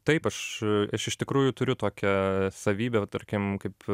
taip aš aš iš tikrųjų turiu tokią savybę va tarkim kaip